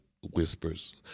whispers